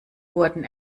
wurden